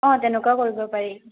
অঁ তেনেকুৱাও কৰিব পাৰি